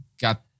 got